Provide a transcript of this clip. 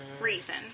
reason